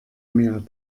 mehr